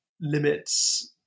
limits